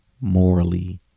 morally